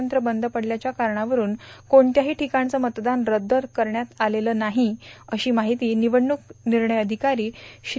यंत्र बंद पडल्याच्या कारणावरून क्रोणत्याही ठिकाणचं मतदान रद्द करण्यात आलेलं नाही अशी माहिती निवडणूक निर्णय अधिकारी श्री